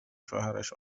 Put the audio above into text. شوهرش